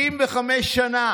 75 שנה